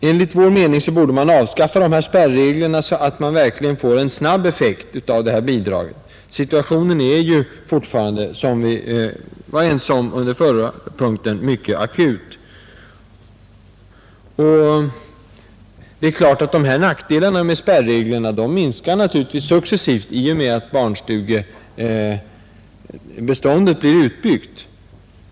Enligt vår mening borde man avskaffa spärreglerna så att det verkligen blir en snabb effekt av det här bidraget. Bristsituationen är ju fortfarande, som vi var ense om under förra punkten, mycket akut. Det är klart att nackdelarna med spärreglerna minskar successivt i och med att barnstugebeståndet blir utbyggt.